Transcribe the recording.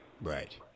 Right